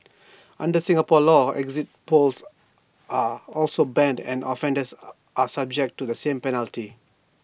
under Singapore law exit polls are also banned and offenders are subject to the same penalty